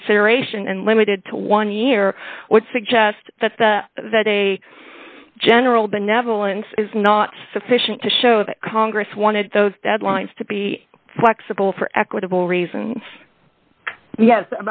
consideration and limited to one year would suggest that the that a general benevolence is not sufficient to show that congress wanted those deadlines to be flexible for equitable reasons yes